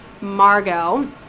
Margot